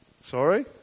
Sorry